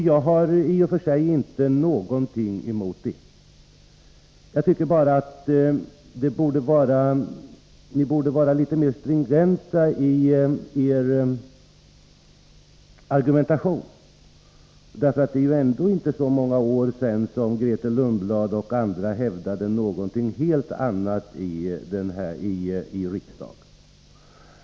Jag har i och för sig inte något emot det. Jag tycker bara att ni borde vara litet mer stringenta i er argumentation. Det är ändå inte så många år sedan som Grethe Lundblad och andra hävdade någonting helt annat i riksdagen.